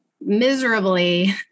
miserably